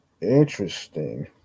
interesting